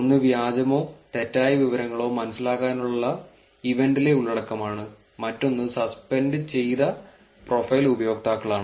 ഒന്ന് വ്യാജമോ തെറ്റായ വിവരങ്ങളോ മനസ്സിലാക്കാനുള്ള ഇവന്റിലെ ഉള്ളടക്കമാണ് മറ്റൊന്ന് സസ്പെൻഡ് ചെയ്ത പ്രൊഫൈൽ ഉപയോക്താക്കളാണ്